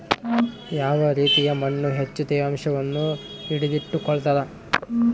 ಯಾವ ರೇತಿಯ ಮಣ್ಣು ಹೆಚ್ಚು ತೇವಾಂಶವನ್ನು ಹಿಡಿದಿಟ್ಟುಕೊಳ್ತದ?